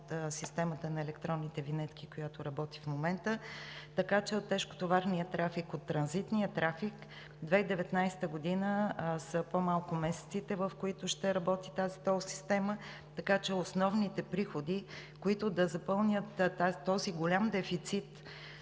от системата на електронните винетки, която работи в момента, така че от тежкотоварния трафик, от транзитния трафик в 2019 г. са по-малко месеците, в които ще работи тази тол система. Основните приходи, които ще запълнят този голям дефицит